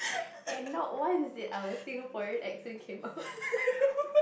and not once did our Singaporean accent came out